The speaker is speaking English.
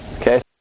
Okay